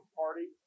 party